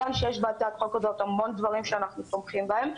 בהצעת החוק הזאת יש המון דברים שאנחנו תומכים בהם,